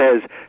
says